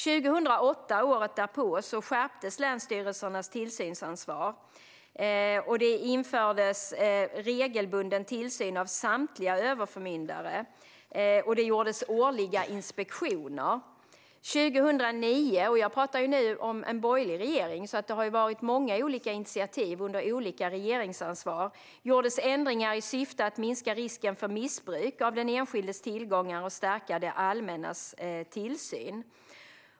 Året därpå, 2008, skärptes länsstyrelsernas tillsynsansvar. Det infördes regelbunden tillsyn av samtliga överförmyndare, och det gjordes årliga inspektioner. Jag talar nu om en borgerlig regering. Det har tagits många olika initiativ under olika regeringsansvar. År 2009 gjordes ändringar i syfte att minska risken för missbruk av den enskildes tillgångar och stärka det allmännas tillsyn.